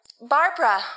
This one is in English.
Barbara